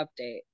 update